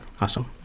awesome